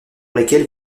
lesquelles